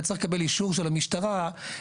אתה צריך לקבל את האישור של משטרת התנועה,